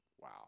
Wow